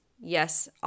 Yes